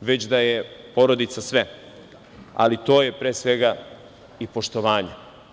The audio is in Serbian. već da je porodica sve, ali to je pre svega i poštovanje.